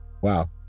Wow